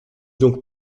donc